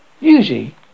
Usually